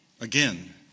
Again